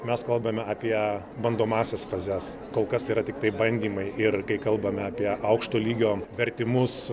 mes kalbame apie bandomąsias fazes kol kas tai yra tiktai bandymai ir kai kalbame apie aukšto lygio vertimus